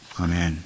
Amen